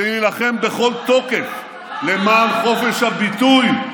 להילחם בכל תוקף למען חופש הביטוי,